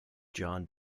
john